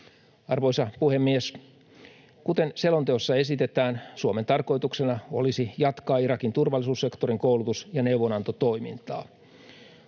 Arvoisa puhemies! Kuten selonteossa esitetään, Suomen tarkoituksena olisi jatkaa Irakin turvallisuussektorin koulutus- ja neuvonantotoimintaa.